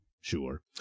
Sure